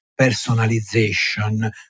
personalization